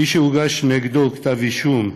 מי שהוגש נגדו כתב-אישום,